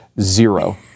zero